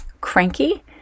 cranky